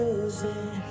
losing